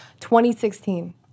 2016